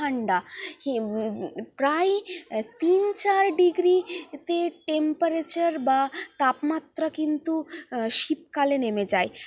ঠান্ডা প্রায় তিন চার ডিগ্রিতে টেম্পারেচার বা তাপমাত্রা কিন্তু শীতকালে নেমে যায়